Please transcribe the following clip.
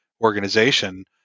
organization